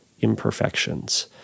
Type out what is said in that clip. imperfections